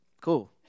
cool